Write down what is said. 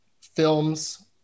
Films